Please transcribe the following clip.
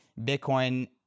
Bitcoin